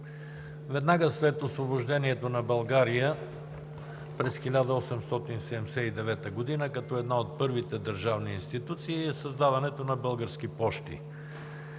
Веднага след Освобождението на България през 1879 г. като една от първите държавни институции е създаването на Български пощи.